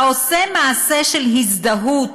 העושה מעשה של הזדהות